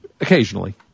Occasionally